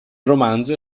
romanzo